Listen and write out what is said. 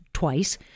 twice